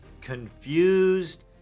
confused